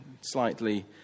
slightly